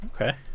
okay